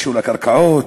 בנישול מהקרקעות,